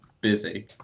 busy